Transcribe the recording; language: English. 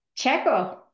Checo